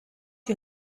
you